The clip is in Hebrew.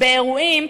באירועים,